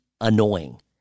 annoying